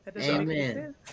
Amen